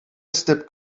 stepped